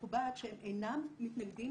המכובד שהם אינם מתנגדים